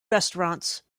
restaurants